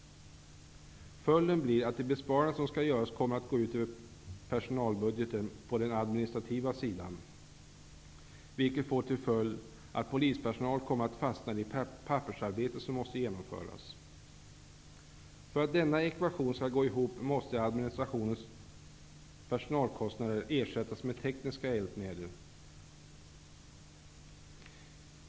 Följden blir att de besparingar som skall göras kommer att gå ut över personalbudgeten för den administrativa verksamheten. Detta får till följd att polispersonal kommer att fastna i pappersarbete som måste göras. För att denna ekvation skall gå ihop måste den administrativa personal som dras in ersättas med tekniska hjälpmedel.